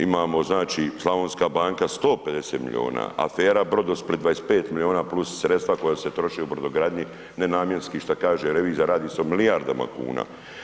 Imamo znači Slavonska banka 150 milijuna, afera Brodosplit 25 milijuna plus sredstva koja se troše u brodogradnji, nenamjenski, što kaže revizor, radi se o milijardama kuna.